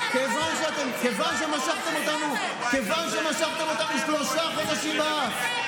מכיוון שמשכתם אותנו שלושה חודשים באף,